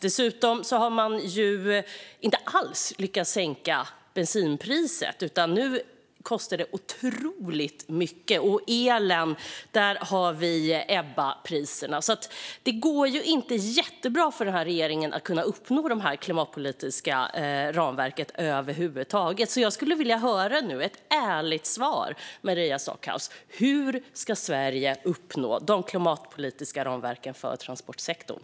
Dessutom har man inte alls lyckats sänka bensinpriset, utan nu kostar det otroligt mycket. Och när det gäller elen har vi Ebbapriser. Det går inte jättebra för den här regeringen med att nå målen i det klimatpolitiska ramverket. Jag skulle vilja höra ett ärligt svar från Maria Stockhaus. Hur ska Sverige nå de klimatpolitiska målen för transportsektorn?